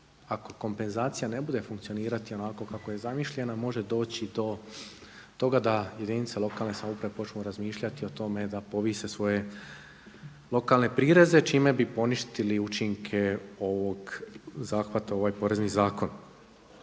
ako kompenzacija ne bude funkcionirati onako kako je zamišljena može doći do toga da jedinice lokalne samouprave počnu razmišljati o tome da povise svoje lokalne prireze čime bi poništili učinke ovog zahvata u ovaj porezni zakon.